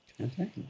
Okay